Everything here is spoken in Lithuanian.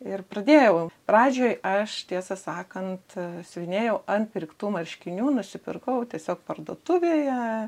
ir pradėjau pradžioj aš tiesą sakant siuvinėjau ant pirktų marškinių nusipirkau tiesiog parduotuvėje